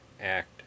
act